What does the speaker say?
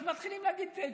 אז מתחילים להגיד תשובות.